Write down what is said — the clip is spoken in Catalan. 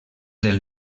del